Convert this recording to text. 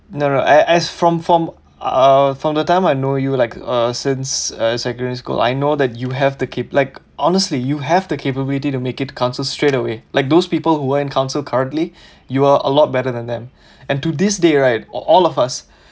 there are as from from uh from the time I know you like uh since uh secondary school I know that you have the cap~ like honestly you have the capability to make it council straight away like those people who are in council currently you are a lot better than them and to this day right all of us